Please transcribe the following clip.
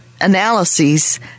analyses